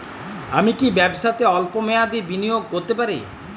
আমি কি ব্যবসাতে স্বল্প মেয়াদি বিনিয়োগ করতে পারি?